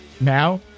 Now